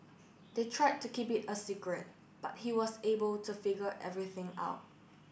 they tried to keep it a secret but he was able to figure everything out